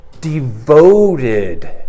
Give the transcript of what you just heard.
devoted